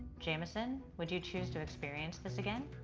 jamison, would you choose to experience this again?